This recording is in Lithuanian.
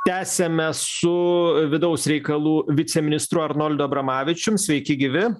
tęsiame su vidaus reikalų viceministru arnoldu abramavičium sveiki gyvi